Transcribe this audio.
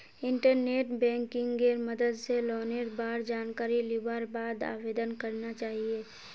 internet बैंकिंगेर मदद स लोनेर बार जानकारी लिबार बाद आवेदन करना चाहिए